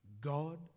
God